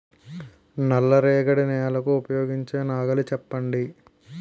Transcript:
నల్ల రేగడి నెలకు ఉపయోగించే నాగలి చెప్పండి?